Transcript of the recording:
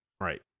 right